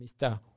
Mr